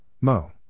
Mo